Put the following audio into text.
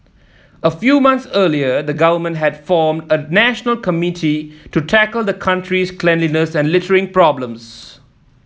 a few months earlier the government had formed a national committee to tackle the country's cleanliness and littering problem